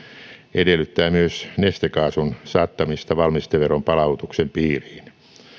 edellyttää myös nestekaasun saattamista valmisteveron palautuksen piiriin